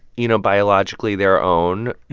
you know, biologically their own,